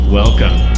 welcome